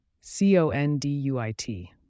C-O-N-D-U-I-T